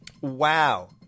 Wow